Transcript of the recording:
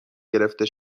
گرفته